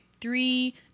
Three